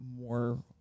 more